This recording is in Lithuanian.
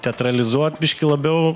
teatralizuot biškį labiau